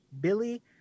Billy